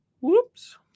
Whoops